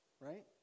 right